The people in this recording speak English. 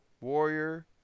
warrior